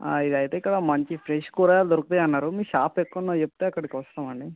ఇది అయితే ఇక్కడ మంచి ఫ్రెష్ కూరగాయలు దొరుకుతాయి అన్నారు మీ షాప్ ఎక్కడో చెప్తే అక్కడికి వస్తాం అండి